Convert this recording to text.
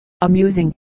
amusing